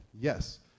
yes